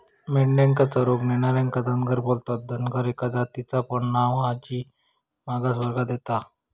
मेंढ्यांका चरूक नेणार्यांका धनगर बोलतत, धनगर एका जातीचा पण नाव हा जी मागास वर्गात येता